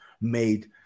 made